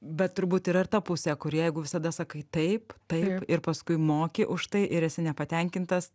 bet turbūt yra ir ta pusė kur jeigu visada sakai taip taip ir paskui moki už tai ir esi nepatenkintas